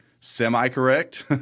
semi-correct